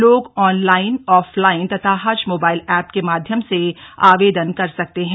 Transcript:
लोग online offline तथा हज मोबाइल ऐप के माध्यम से आवेदन कर सकते हैं